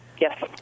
Yes